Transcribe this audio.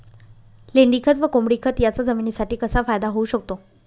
लेंडीखत व कोंबडीखत याचा जमिनीसाठी कसा फायदा होऊ शकतो?